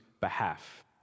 behalf